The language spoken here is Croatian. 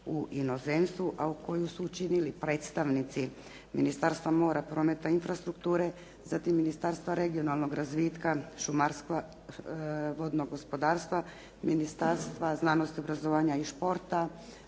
u inozemstvu a koju su učinili predstavnici Ministarstva mora, prometa i infrastrukture, zatim Ministarstva regionalnog razvitka, šumarstva, vodnog gospodarstva, Ministarstva znanosti, obrazovanja i športa,